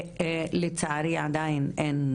שלצערי, עדיין אין